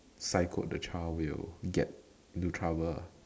psycho the child will get into trouble ah